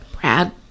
Brad